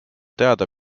teada